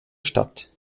statt